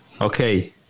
Okay